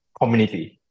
community